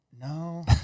No